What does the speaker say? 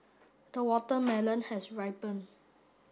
the watermelon has ripened